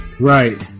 right